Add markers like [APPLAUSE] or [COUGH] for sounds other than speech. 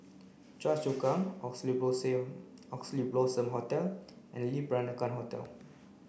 Choa Chu Kang Oxley [UNINTELLIGIBLE] Oxley Blossom Hotel and Le Peranakan Hotel